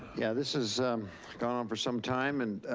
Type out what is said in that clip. yeah, this has gone on for some time. and